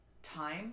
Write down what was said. time